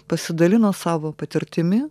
pasidalino savo patirtimi